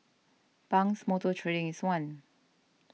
Pang's Motor Trading is one